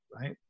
right